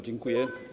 Dziękuję.